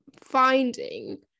finding